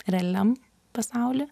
realiam pasauly